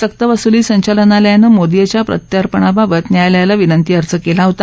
सक्तवसुली संचालनालयानं मोदी याच्या प्रत्यार्पणाबाबत न्यायालयाला विनंती अर्ज केला होता